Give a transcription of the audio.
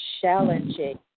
challenging